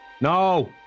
No